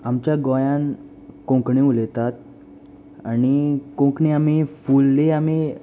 आमच्या गोंयांत कोंकणी उलयतात आनी कोंकणी आमी फुल्ली आमी